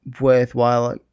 worthwhile